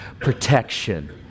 Protection